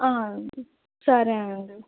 సరేనండి